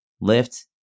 lift